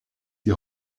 die